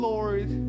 Lord